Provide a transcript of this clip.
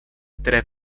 které